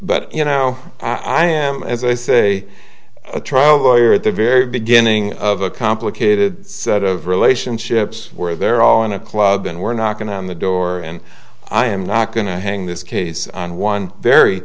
but you know i am as i say a trial lawyer at the very beginning of a complicated set of relationships where they're all in a club and we're not going on the door and i am not going to hang this case on one very